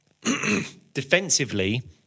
defensively